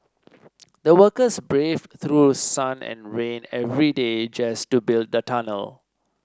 the workers braved through sun and rain every day just to build the tunnel